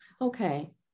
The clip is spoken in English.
okay